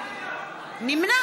נמנע